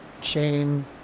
chain